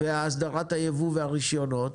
הסדרה היבוא והרישיונות,